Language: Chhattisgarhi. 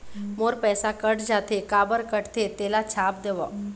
मोर पैसा कट जाथे काबर कटथे तेला छाप देव?